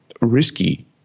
risky